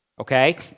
Okay